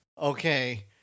okay